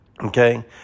Okay